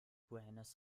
buenos